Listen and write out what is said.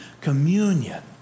communion